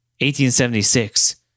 1876